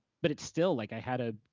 but it's still like i had a